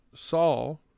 Saul